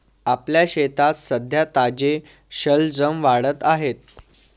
आपल्या शेतात सध्या ताजे शलजम वाढत आहेत